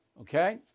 okay